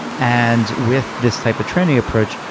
and, with this type of training approach,